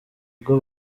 bwo